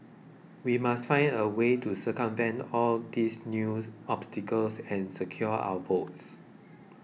we must find a way to circumvent all these new obstacles and secure our votes